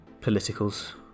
Politicals